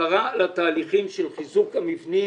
שבקרה על התהליכים של חיזוק המבנים